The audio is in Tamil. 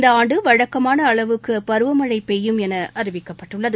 இந்த ஆண்டு வழக்கமான அளவுக்கு பருவமனழ பெய்யும் என அறிவிக்கப்பட்டுள்ளது